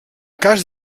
cas